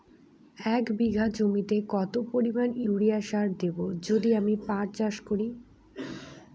এক বিঘা জমিতে কত পরিমান ইউরিয়া সার দেব যদি আমি পাট চাষ করি?